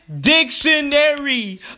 Dictionary